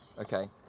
Okay